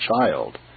child